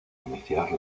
iniciar